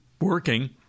working